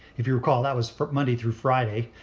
if you recall that was for monday through friday,